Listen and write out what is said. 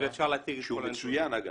שהוא מצוין, אגב.